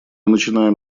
начинаем